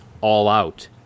all-out